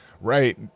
right